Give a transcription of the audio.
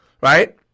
right